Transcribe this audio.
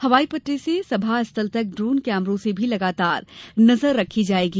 हवाई पट्टी से सभा स्थल तक ड्रोन कैमरों से भी लगातार नजर रखी जाएगी